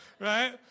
right